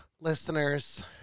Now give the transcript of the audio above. listeners